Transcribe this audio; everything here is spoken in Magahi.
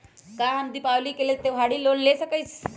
का हम दीपावली के लेल त्योहारी लोन ले सकई?